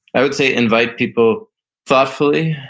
i would say invite people thoughtfully,